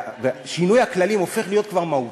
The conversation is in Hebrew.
השינוי הכללי הופך להיות כבר מהותי.